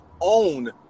own